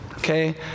Okay